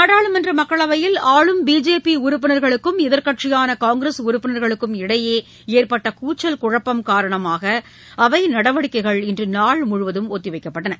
நாடாளுமன்ற மக்களவையில் ஆளும் பிஜேபி உறுப்பினர்களுக்கும் எதிர்க்கட்சியான காங்கிரஸ் உறுப்பினர்களுக்கும் இடையே ஏற்பட்ட கூச்சல் குழப்பம் காரணமாகஅவை நடவடிக்கைகள் இன்ற நாள் முழுவதும் ஒத்திவைக்கப்பட்டன